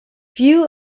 few